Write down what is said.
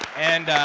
and